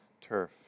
turf